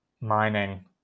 mining